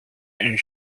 and